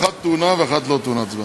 אחת טעונה ואחת לא טעונה הצבעה.